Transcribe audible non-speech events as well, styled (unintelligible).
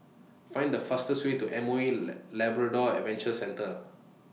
Find The fastest Way to M O E (unintelligible) Labrador Adventure Centre